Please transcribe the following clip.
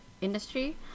industry